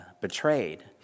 betrayed